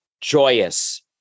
joyous